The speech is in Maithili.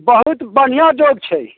बहुत बढ़िआँ योग छै